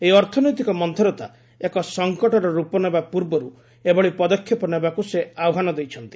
ଏହି ଅର୍ଥନୈତିକ ମନ୍ତରତା ଏକ ସଂକଟର ରୂପ ନେବା ପୂର୍ବର୍ ଏଭଳି ପଦକ୍ଷେପ ନେବାକ୍ର ସେ ଆହ୍ୱାନ ଦେଇଛନ୍ତି